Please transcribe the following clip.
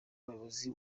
umuyobozi